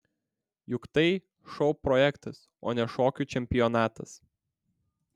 juk tai šou projektas o ne šokių čempionatas